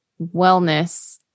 wellness